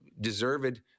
deserved